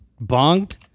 Bonged